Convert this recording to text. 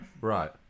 Right